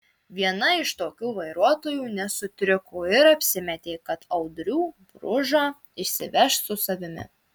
viena iš tokių vairuotojų nesutriko ir apsimetė kad audrių bružą išsiveš su savimi